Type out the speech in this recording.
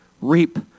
reap